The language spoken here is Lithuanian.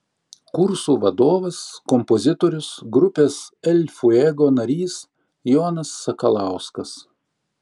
kursų vadovas kompozitorius grupės el fuego narys jonas sakalauskas